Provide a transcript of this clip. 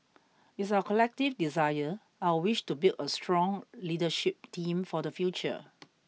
it's our collective desire our wish to build a strong leadership team for the future